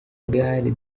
gare